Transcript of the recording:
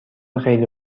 خیلی